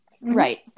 right